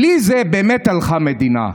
בלי זה באמת הלכה מדינה.